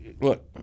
Look